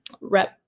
Rep